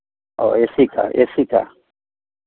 और A C का A C का